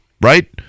right